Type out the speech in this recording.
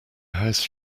house